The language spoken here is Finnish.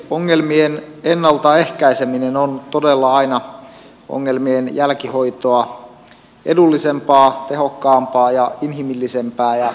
ongelmien ennaltaehkäiseminen on todella aina ongelmien jälkihoitoa edullisempaa tehokkaampaa ja inhimillisempää